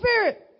Spirit